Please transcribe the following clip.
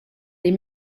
des